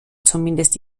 zumindest